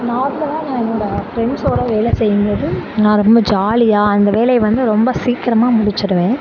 நார்மலாக நான் என்னோட ஃப்ரெண்ட்ஸோட வேலை செய்யும்போது நான் ரொம்ப ஜாலியாக அந்த வேலையை வந்து ரொம்ப சீக்கிரமாக முடிச்சிவிடுவேன்